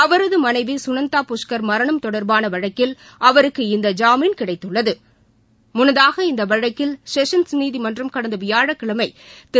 அவரது மனைவி சுனந்த புஷ்கர் மரணம் தொடர்பான வழக்கில் அவருக்கு இந்த ஜாமீன் கிடைத்துள்ளது முன்னதாக இந்த வழக்கில் செஷன்ஸ் நீதிமன்றம் கடந்த வியாழக்கிழமை திரு